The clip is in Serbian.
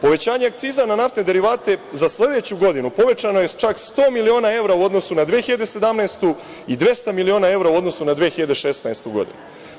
Povećanje akciza na naftne derivate za sledeću godinu povećana je čak 100 miliona evra u odnosu na 2017. godinu i 200 miliona evra u odnosu na 2016. godinu.